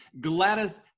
Gladys